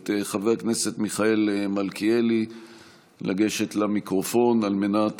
ואת חבר הכנסת מיכאל מלכיאלי לגשת למיקרופון על מנת